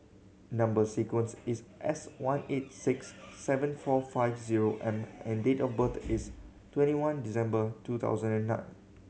number sequence is S one eight six seven four five zero M and date of birth is twenty one December two thousand and nine